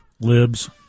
Libs